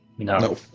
No